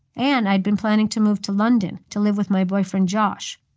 and i'd been planning to move to london to live with my boyfriend josh.